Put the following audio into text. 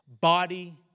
body